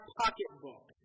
pocketbook